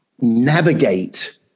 navigate